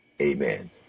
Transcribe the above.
Amen